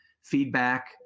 feedback